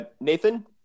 Nathan